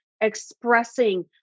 expressing